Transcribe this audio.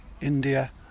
India